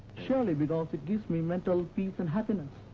surely, because it gives me mental peace and happiness.